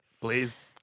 Please